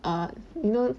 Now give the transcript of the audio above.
err no